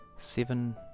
seven